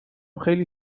خیلی